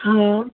हा